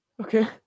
Okay